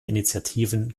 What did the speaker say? initiativen